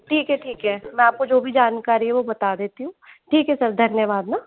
ठीक है ठीक है मैं आपको जो भी जानकारी है वो बता देती हूँ ठीक है सर धन्यवाद ना